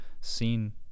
seen